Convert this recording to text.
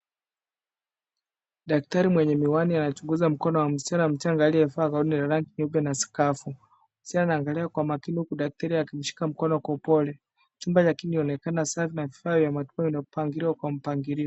Daktari mwenye miwani anachunguza mikono ya msichana aliyevaa gauni la rangi nyeupe na skafu. Msichana anaangalia kwa umakini huku daktari akimshika upole. Chumba laonekana safi na vifaa vya matibabu vimepangwa kwa mpangilio.